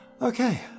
Okay